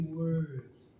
words